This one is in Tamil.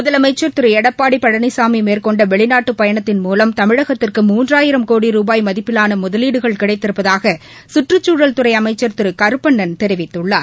முதலமைச்சர் திரு எடப்பாடி பழனிசாமி மேற்கொண்ட வெளிநாட்டு பயனத்தின் மூலம் தமிழகத்திற்கு மூன்றாயிரம் கோடி ரூபாய் மதிப்பிலான முதலீடுகள் கிடைத்திருப்பதாக சுற்றுச்சூழல் துறை அமைச்சர் திரு கருப்பண்னன் தெரிவித்துள்ளார்